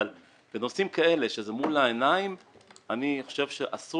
בנושאים כאלה שזה מול העיניים שלנו אני חושב שאסור